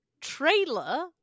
trailer